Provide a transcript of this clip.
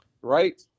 right